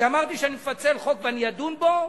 כשאמרתי שאני מפצל חוק ואני אדון בו,